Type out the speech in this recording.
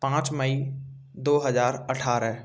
पाँच मई दो हजार अठारह